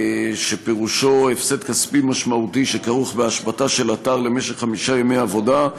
שפירושו הפסד כספי משמעותי שכרוך בהשבתה של אתר למשך חמישה ימי עבודה,